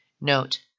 Note